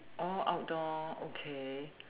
all outdoor okay